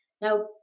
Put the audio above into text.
Now